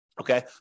okay